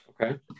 Okay